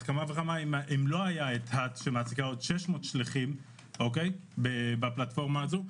אם לא הייתה את האאט שמעסיקה עוד 600 שליחים בפלטפורמה הזו,